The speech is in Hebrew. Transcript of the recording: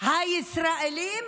הישראלים